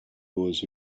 was